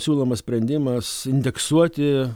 siūlomas sprendimas indeksuoti